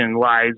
lies